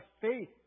faith